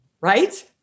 right